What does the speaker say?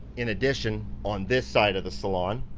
in addition, on this side of the salon,